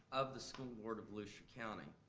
of the school board of volusia county,